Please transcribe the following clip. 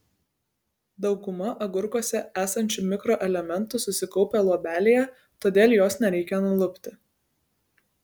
dauguma agurkuose esančių mikroelementų susikaupę luobelėje todėl jos nereikia nulupti